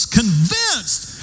convinced